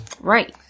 Right